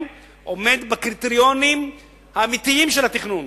עומד בקריטריונים האמיתיים של התכנון,